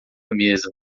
mesa